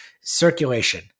circulation